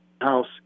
house